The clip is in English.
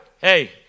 Hey